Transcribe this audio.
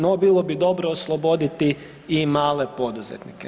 No bilo bi dobro osloboditi i male poduzetnike.